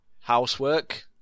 Housework